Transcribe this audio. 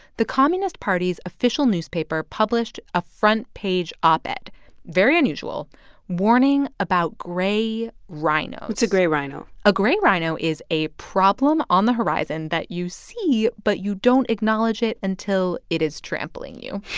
the communist party's official newspaper published a front page op-ed very unusual warning about gray rhino what's gray rhino? a gray rhino is a problem on the horizon that you see but you don't acknowledge it until it is trampling you.